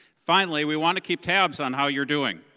finally, we want to keep tabs on how you're doing.